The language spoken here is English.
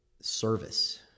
service